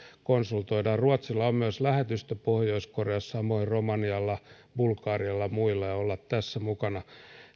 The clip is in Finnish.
konsultoimme ruotsilla on myös lähetystö pohjois koreassa samoin romanialla bulgarialla ja muilla ja on tärkeää olla tässä mukana